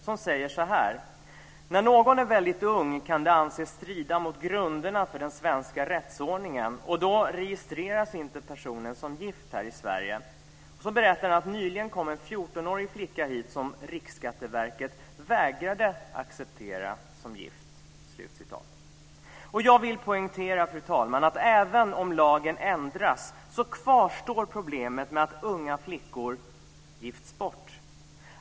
Han säger: "När någon är väldigt ung kan det anses strida mot grunderna för den svenska rättsordningen och då registreras inte personen som gift här i Sverige. Nyligen kom en 14-årig flicka hit som Riksskatteverket vägrade acceptera som gift." Jag vill poängtera, fru talman, att även om lagen ändras kvarstår problemet med att unga flickor gifts bort.